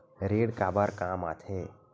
ऋण काबर कम आथे?